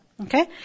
Okay